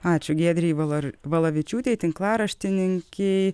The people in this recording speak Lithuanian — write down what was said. ačiū giedrei valar valavičiūtei tinklaraštininkei